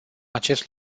acest